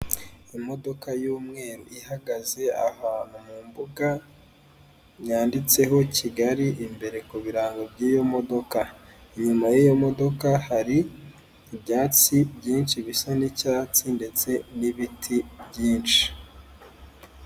Imodoka y'umweru ihagaze ahantu mu mbuga yanditseho Kigali imbere ku birango by'iyo modoka, inyuma y'iyo modoka hari ibyatsi byinshi bisa n'icyatsi ndetse n'ibiti byinshi.